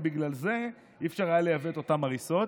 ובגלל זה לא היה אפשר לייבא את אותן עריסות.